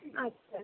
আচ্ছা